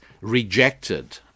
rejected